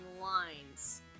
lines